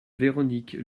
véronique